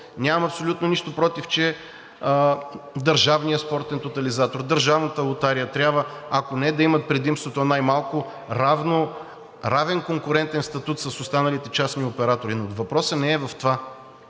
нямам абсолютно нищо против, че Държавният спортен тотализатор, Държавната лотария трябва, ако не да има предимството, най-малко равен конкурентен статут с останалите частни оператори, но въпросът не е в това.